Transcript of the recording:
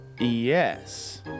Yes